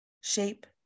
shape